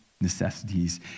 necessities